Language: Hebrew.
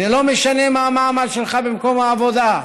לא משנה מה המעמד שלך במקום העבודה,